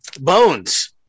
bones